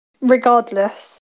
regardless